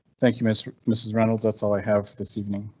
thank you mr mrs. reynolds. that's all i have this evening.